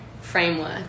framework